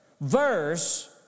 verse